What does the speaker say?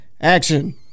action